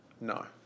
No